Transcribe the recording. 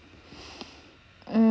mm